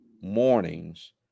mornings